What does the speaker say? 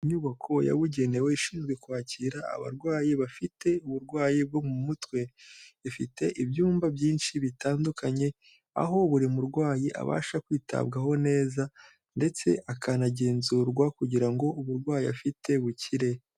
Inyubako yabugenewe ishinzwe kwakira abarwayi bafite uburwayi bwo mu mutwe, ifite ibyumba byinshi bitandukanye, aho buri murwayi abasha kwitabwaho neza ndetse akanagenzurwa kugira ngo uburwayi afite bukire.